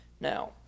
now